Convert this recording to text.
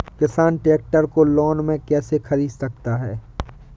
किसान ट्रैक्टर को लोन में कैसे ख़रीद सकता है?